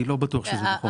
אני לא בטוח שזה נכון.